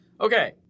Okay